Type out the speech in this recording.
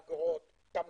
אגרות, תמלוגים,